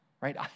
Right